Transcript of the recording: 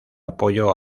apoyo